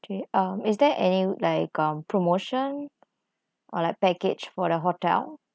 do you um is there any like um promotion or like package for the hotel